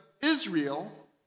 Israel